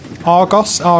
Argos